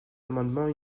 amendements